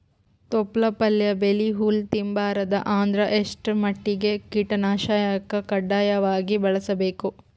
ತೊಪ್ಲ ಪಲ್ಯ ಬೆಳಿ ಹುಳ ತಿಂಬಾರದ ಅಂದ್ರ ಎಷ್ಟ ಮಟ್ಟಿಗ ಕೀಟನಾಶಕ ಕಡ್ಡಾಯವಾಗಿ ಬಳಸಬೇಕು?